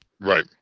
Right